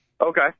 Okay